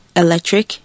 electric